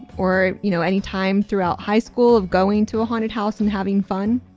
or you know anytime throughout high school of going to a haunted house and having fun